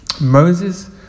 Moses